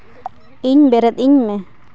ᱤᱧ ᱵᱮᱨᱮᱫᱤᱧ ᱢᱮ